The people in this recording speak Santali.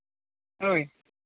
ᱦᱳᱭ